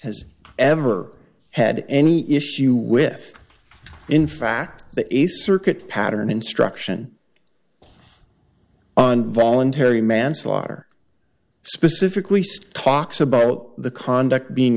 has ever had any issue with in fact that a circuit pattern instruction on voluntary manslaughter specifically says talks about the conduct being